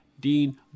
Dean